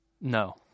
No